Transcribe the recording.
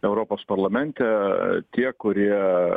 europos parlamente tie kurie